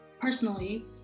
personally